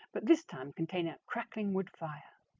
but this time containing a crackling wood fire.